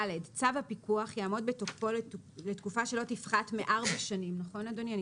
(ד)צו הפיקוח יעמוד בתוקפו לתקופה שלא תפחת מארבע שנים" נכון אדוני?